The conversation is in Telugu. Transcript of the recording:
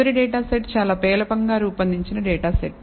చివరి డేటా సెట్ చాలా పేలవంగా రూపొందించిన డేటా సెట్